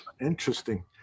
Interesting